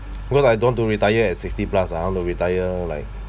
because I don't want to retire at sixty plus lah I want to retire like